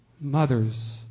Mothers